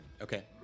Okay